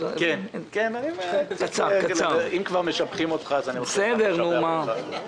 אם כבר משבחים אותך, אני רוצה גם לשבח אותך.